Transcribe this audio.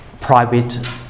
private